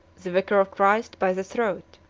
the vicar of christ by the throat.